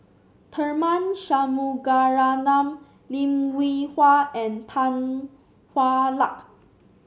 Tharman Shanmugaratnam Lim Hwee Hua and Tan Hwa Luck